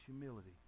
humility